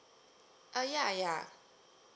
uh ya ya